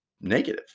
negative